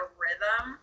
rhythm